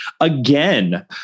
again